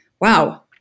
wow